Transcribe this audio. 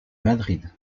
madrid